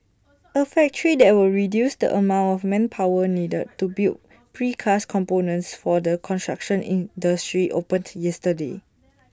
A factory that will reduce the amount of manpower needed to build precast components for the construction industry opened yesterday